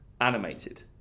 animated